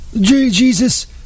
jesus